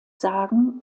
sagen